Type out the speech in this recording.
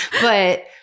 But-